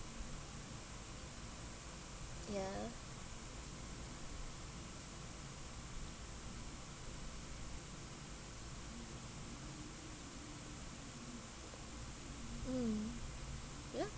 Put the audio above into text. ya mm ya